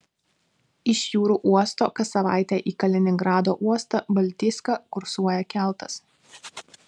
iš jūrų uosto kas savaitę į kaliningrado uostą baltijską kursuoja keltas